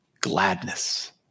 gladness